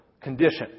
condition